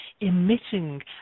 emitting